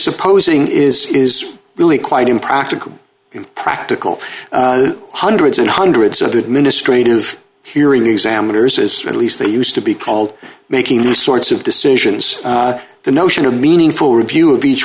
supposing is is really quite impractical practical hundreds and hundreds of administrative hearing examiners as at least they used to be called making these sorts of decisions the notion of meaningful review of each